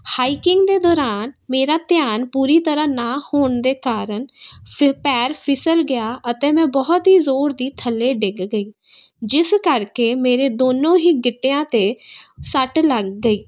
hiking ਦੇ ਦੌਰਾਨ ਮੇਰਾ ਧਿਆਨ ਪੂਰੀ ਤਰਾਂ ਨਾ ਹੋਣ ਦੇ ਕਾਰਨ ਪੈਰ ਫਿਸਲ ਗਿਆ ਅਤੇ ਮੈਂ ਬਹੁਤ ਹੀ ਜ਼ੋਰ ਦੀ ਥੱਲੇ ਡਿੱਗ ਗਈ ਜਿਸ ਕਰਕੇ ਮੇਰੇ ਦੋਨੋਂ ਹੀ ਗਿੱਟਿਆਂ 'ਤੇ ਸੱਟ ਲੱਗ ਗਈ